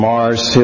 Mars